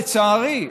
לצערי,